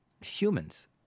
humans